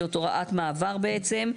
זאת הוראת מעבר בעצם.